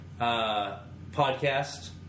Podcast